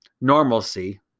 normalcy